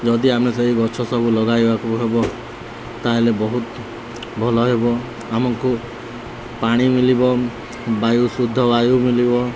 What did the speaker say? ଯଦି ଆମେ ସେଇ ଗଛ ସବୁ ଲଗାଇବାକୁ ହେବ ତା'ହେଲେ ବହୁତ ଭଲ ହେବ ଆମକୁ ପାଣି ମିଳିବ ବାୟୁ ଶୁଦ୍ଧ ବାୟୁ ମିଳିବ